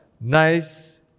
Nice